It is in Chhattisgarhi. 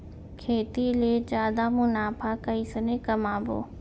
खेती ले जादा मुनाफा कइसने कमाबो?